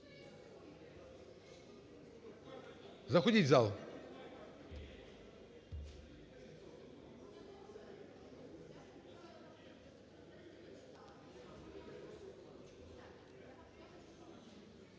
Заходіть в зал.